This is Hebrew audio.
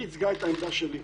היא ייצגה את העמדה שלי.